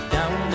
Down